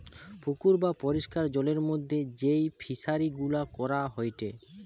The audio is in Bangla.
পুকুর বা পরিষ্কার জলের মধ্যে যেই ফিশারি গুলা করা হয়টে